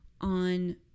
on